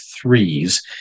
threes